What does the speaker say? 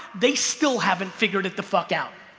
they still haven't figured it the fuck out